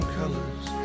colors